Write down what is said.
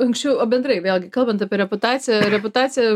anksčiau o bendrai vėlgi kalbant apie reputaciją reputaciją